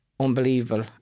Unbelievable